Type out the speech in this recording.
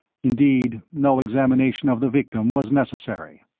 indeed no examination of the victim was necessary.